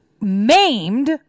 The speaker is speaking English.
maimed